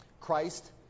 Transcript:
Christ